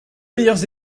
meilleures